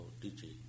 teaching